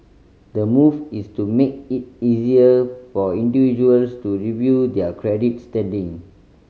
the move is to make it easier for individuals to review their credit standing